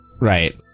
Right